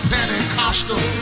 Pentecostal